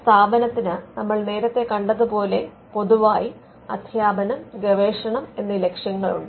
സ്ഥാപനത്തിന് നമ്മൾ നേരത്തെ കണ്ടത് പോലെ പൊതുവായി അദ്ധ്യാപനം ഗവേഷണം എന്നീ ലക്ഷ്യങ്ങളുണ്ട്